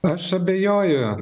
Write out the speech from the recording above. aš abejoju